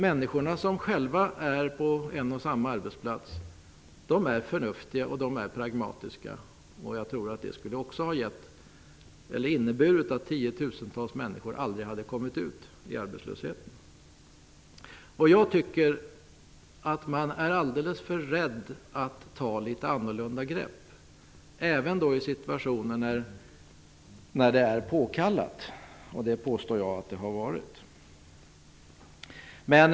Människor som själva är på en arbetsplats är förnuftiga och pragmatiska. Jag tror att det skulle ha inneburit att tiotusentals människor aldrig hade kommit ut i arbetslöshet. Jag tycker att man är alldeles för rädd för att ta litet annorlunda grepp, även i situationer när det är påkallat. Det påstår jag att det har varit.